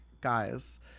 guys